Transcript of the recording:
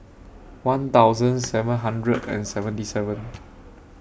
one thousand seven hundred and seventy seven